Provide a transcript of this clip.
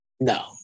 No